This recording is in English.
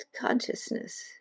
consciousness